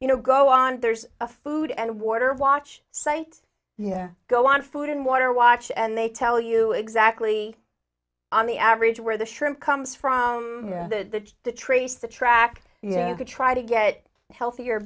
you know go on there's a food and water watch site yeah go on food and water watch and they tell you exactly on the average where the shrimp comes from the trace the track yeah you could try to get healthier